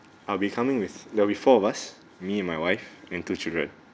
I'll be coming with there'll be four of us me and my wife and two children